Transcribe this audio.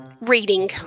Reading